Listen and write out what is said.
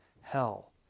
hell